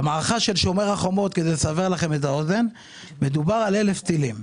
במערכה שומר החומות מדובר על אלף טילים.